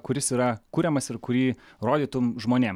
kuris yra kuriamas ir kurį rodytum žmonėm